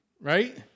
right